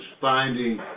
finding